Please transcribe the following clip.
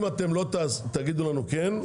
אם לא תגידו לנו כן,